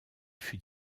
fut